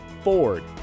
Ford